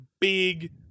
big